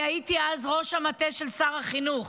אני הייתי אז ראש המטה של שר החינוך,